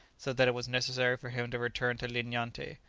so that it was necessary for him to return to linyante.